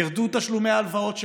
ירדו תשלומי ההלוואות שלהם,